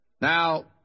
Now